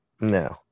No